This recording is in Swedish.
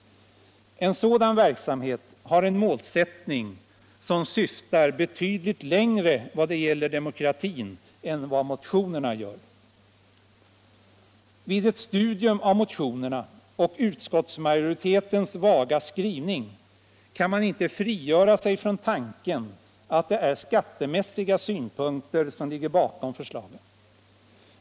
En sådan verksamhet har en målsättning som syftar betydligt längre i vad gäller demokratin än vad motionerna gör. Vid ett studium av motionerna och utskottsmajoritetens vaga skrivning kan man inte frigöra sig från tanken att det är skattemässiga synpunkter som ligger bakom förslagen.